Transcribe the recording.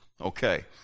Okay